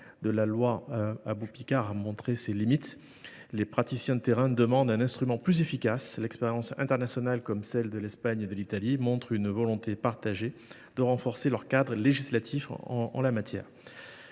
par la loi About Picard, a montré ses limites. Les praticiens de terrain demandent un instrument plus efficace. Les exemples internationaux, comme ceux de l’Espagne et de l’Italie, montrent une volonté partagée de renforcer le cadre législatif en la matière.